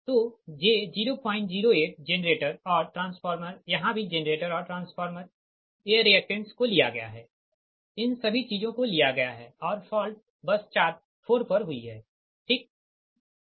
तो j 008 generator और transformer यहाँ भी जेनरेटर और ट्रांसफार्मर ये रिएक्टेंस को लिया गया है इन सभी चीजों को लिया गया है और फॉल्ट बस 4 पर हुई है ठीक है